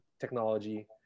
technology